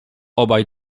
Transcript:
obaj